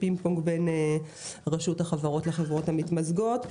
פינג-פונג בין רשות החברות לחברות המתמזגות.